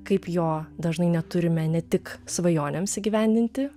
kaip jo dažnai neturime ne tik svajonėms įgyvendinti